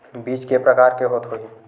बीज के प्रकार के होत होही?